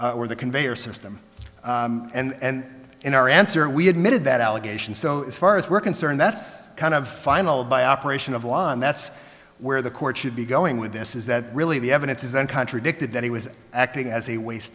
or the conveyor system and in our answer we admitted that allegation so as far as we're concerned that's kind of final by operation of one that's where the court should be going with this is that really the evidence isn't contradicted that he was acting as a waste